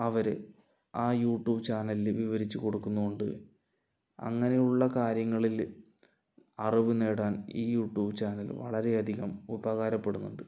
അവര് ആ യൂട്യൂബ് ചാനലിൽ വിവരിച്ച് കൊടുക്കുന്നുമുണ്ട് അങ്ങനെയുള്ള കാര്യങ്ങളില് അറിവുനേടാൻ ഈ യൂട്യൂബ് ചാനൽ വളരെ അധികം ഉപകാരപ്പെടുന്നുണ്ട്